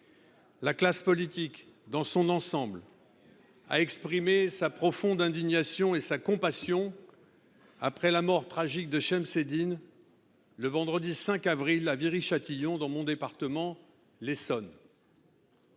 La classe politique, dans son ensemble, a exprimé sa profonde indignation et sa compassion après la mort de Shemseddine le vendredi 5 avril, à Viry Châtillon, dans mon département de l’Essonne.